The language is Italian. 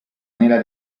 nella